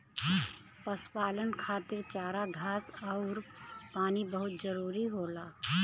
पशुपालन खातिर चारा घास आउर पानी बहुत जरूरी होला